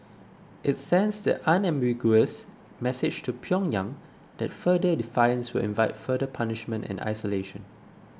it sends the unambiguous message to Pyongyang that further defiance will invite further punishment and isolation